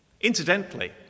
Incidentally